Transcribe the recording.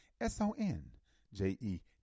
S-O-N-J-E